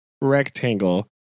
rectangle